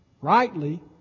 rightly